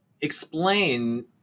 explain